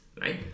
right